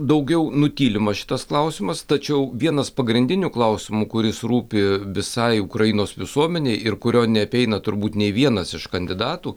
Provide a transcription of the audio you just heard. daugiau nutylima šitas klausimas tačiau vienas pagrindinių klausimų kuris rūpi visai ukrainos visuomenei ir kurio neapeina turbūt nei vienas iš kandidatų